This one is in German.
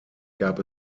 gab